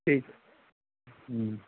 ঠিক আছে হুম